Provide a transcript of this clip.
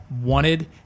wanted